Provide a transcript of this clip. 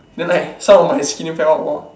then like some of my skin fell out !wah!